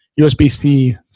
USB-C